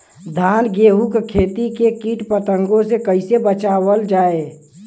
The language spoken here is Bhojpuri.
धान गेहूँक खेती के कीट पतंगों से कइसे बचावल जाए?